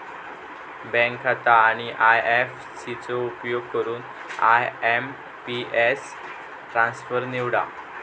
bank खाता आणि IFC चो उपयोग करून आय.एम.पी.एस ट्रान्सफर निवडा